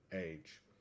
age